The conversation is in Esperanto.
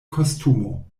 kostumo